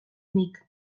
nik